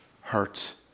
hurts